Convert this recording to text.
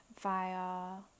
via